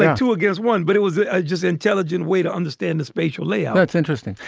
two against one. but it was just intelligent way to understand the spatial layout that's interesting.